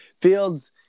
Fields